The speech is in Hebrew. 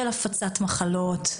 של הפצת מחלות,